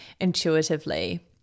intuitively